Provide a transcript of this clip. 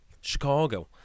Chicago